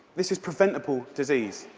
this is preventable disease.